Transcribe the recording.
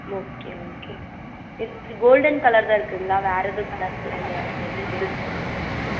okay okay இது golden colour தான் இருக்குதுங்களா வேறு எதுவும் கலர்ஸுலாம் இல்லையா